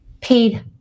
paid